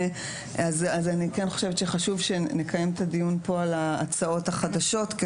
אז אני כן חושבת שחשוב שנקיים את הדיון פה על ההצעות החדשות.